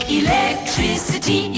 electricity